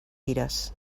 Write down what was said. fires